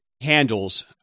handles